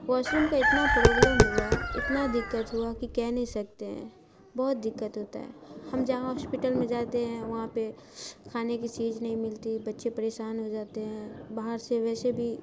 wash room کا اتنا problem ہوا اتنا دقت ہوا کہ کہہ نہیں سکتے ہیں بہت دقت ہوتا ہے ہم جہاں ہاشپیٹل میں جاتے ہیں وہاں پہ کھانے کی چیز نہیں ملتی بچے پریشان ہو جاتے ہیں باہر سے ویشے بھی